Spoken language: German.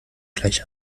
gleich